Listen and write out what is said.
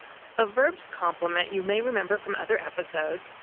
a verb's complement, you may remember from other episodes,